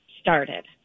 started